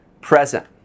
present